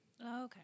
Okay